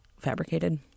fabricated